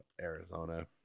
Arizona